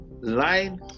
line